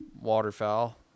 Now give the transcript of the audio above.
waterfowl